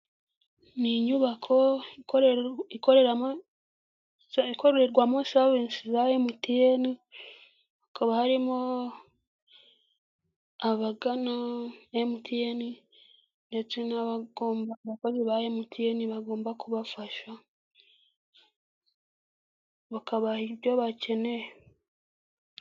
Ni inyubako ikorera ikorerwamo savisi za emutiyeni, hakaba harimo abagana emutiyene ndetse n'abakozi ba emutiyene bagomba kubafasha bakaha ibyo bakeneye.